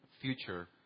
future